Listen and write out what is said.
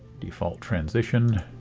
default transition.